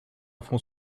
fonds